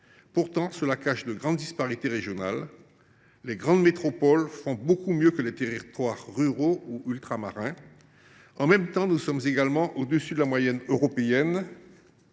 situation cache d’importantes disparités régionales : les grandes métropoles font beaucoup mieux que les territoires ruraux ou ultramarins. Dans le même temps, nous sommes également au dessus de la moyenne européenne